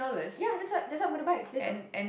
ya that's what that's what I'm gonna buy later